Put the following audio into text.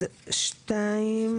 שניים.